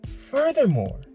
Furthermore